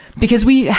because we,